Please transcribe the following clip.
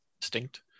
distinct